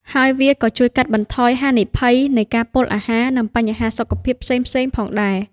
ហើយវាក៏ជួយកាត់បន្ថយហានិភ័យនៃការពុលអាហារ និងបញ្ហាសុខភាពផ្សេងៗផងដែរ។